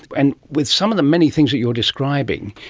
and with some of the many things that you're describing,